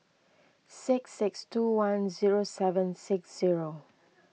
six six two one zero seven six zero